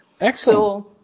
Excellent